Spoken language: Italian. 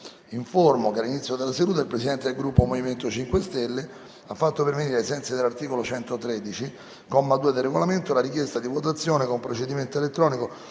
Grazie